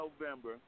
November